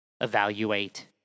evaluate